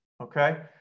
Okay